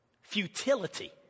Futility